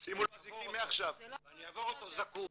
ואני אעבור אותו זקוף.